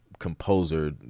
composer